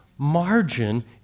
Margin